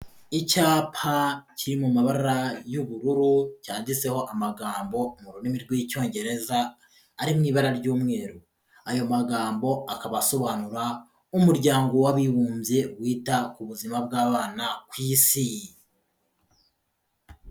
Icyapa kiri mu mabara y'ubururu cyanditseho amagambo mu rurimi rw'icyongereza ari mu ibara ry'umweru, ayo magambo akaba asobanura umuryango w'abibumbye wita ku buzima bw'abana ku isi.